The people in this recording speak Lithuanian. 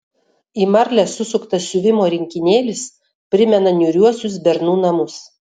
į marlę susuktas siuvimo rinkinėlis primena niūriuosius bernų namus